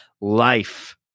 life